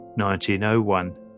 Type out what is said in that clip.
1901